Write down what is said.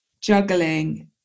juggling